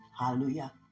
Hallelujah